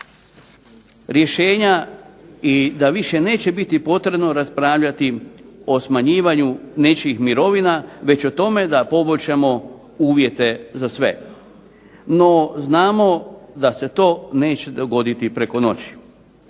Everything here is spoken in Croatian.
rješenja i da više neće biti potrebno raspravljati o smanjivanju nečijih mirovina već o tome da poboljšamo uvjete za sve, no znamo da se to neće dogoditi preko noći.